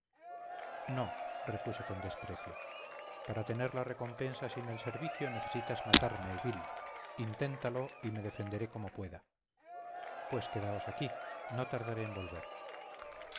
no repuse con desprecio para tener la recompensa sin el servicio necesitas matarme vil inténtalo y me defenderé como pueda pues quedaos aquí no tardaré en volver